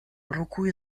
руку